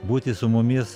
būti su mumis